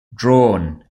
drawn